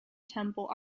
temple